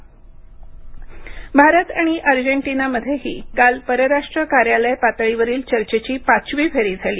Bharat Argentina Bharat आणि अर्जेंटिनामध्येही काल परराष्ट्र कार्यालय पातळीवरील चर्चेची पाचवी फेरी झाली